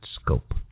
scope